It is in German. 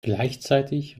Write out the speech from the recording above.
gleichzeitig